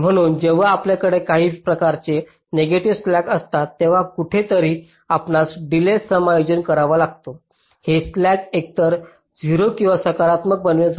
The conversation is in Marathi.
म्हणून जेव्हा आपल्याकडे काही प्रकारचे नेगेटिव्ह स्लॅक असतात तेव्हा कुठेतरी आपणास डिलेज समायोजित करावा लागतो हे स्लॅक एकतर 0 किंवा सकारात्मक बनविण्यासाठी